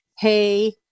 hey